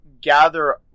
gather